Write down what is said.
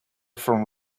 from